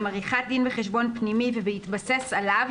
עם עריכת דין וחשבון פנימי ובהתבסס עליו,